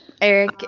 Eric